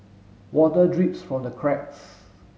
water drips from the cracks